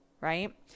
right